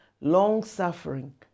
long-suffering